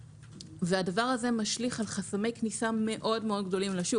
הדבר הזה משליך על חסמי כניסה מאוד גדולים לשוק